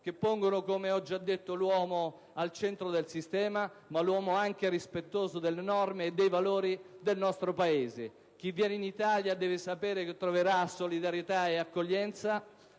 che pongono, sì, l'uomo al centro del sistema, ma impongono anche il rispetto delle norme e dei valori del nostro Paese. Chi viene in Italia deve sapere che troverà solidarietà e accoglienza,